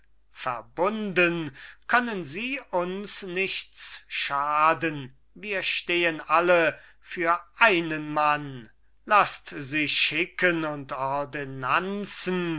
verbunden können sie uns nichts schaden wir stehen alle für einen mann laßt sie schicken und